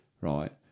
right